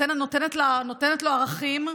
נותנת לו ערכים,